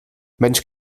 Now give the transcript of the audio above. mensch